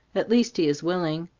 at least he is willing.